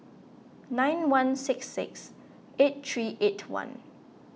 nine one six six eight three eight one